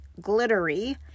glittery